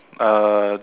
uh